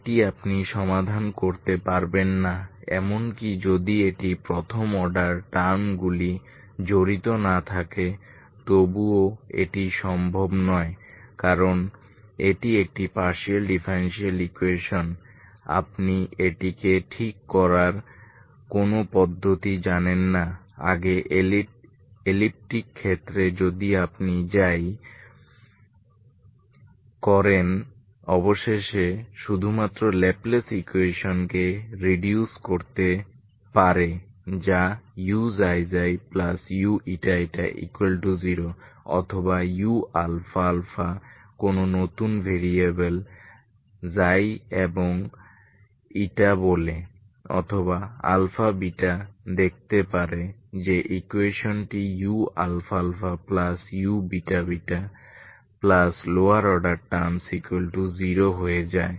এটি আপনি সমাধান করতে পারবেন না এমনকি যদি এটি প্রথম অর্ডার পদগুলি জড়িত না থাকে তবুও এটি সম্ভব নয় কারণ এটি একটি পার্শিয়াল ডিফারেনশিএল ইকুয়েশন আপনি এটিকে ঠিক করার কোনো পদ্ধতি জানেন না আগে এলিপ্টিক ক্ষেত্রে যদি আপনি যাই করেন অবশেষে শুধুমাত্র ল্যাপ্লেস ইকুয়েশনকে রিডিউস করতে পারে যা uξξuηη0 অথবা uαα কোনো নতুন ভেরিয়েবল এবং বলে অথবা দেখতে পারে যে ইকুয়েশনটি uααuββ লোয়ার অর্ডার টার্মস 0 হয়ে যায়